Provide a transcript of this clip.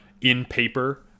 in-paper